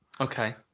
Okay